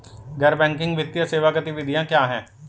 गैर बैंकिंग वित्तीय सेवा गतिविधियाँ क्या हैं?